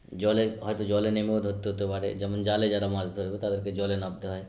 জলে হয়তো জলে নেমেও ধরতে হতে পারে যেমন জালে যারা মাছ ধরবে তাদেরকে জলে নামতে হয়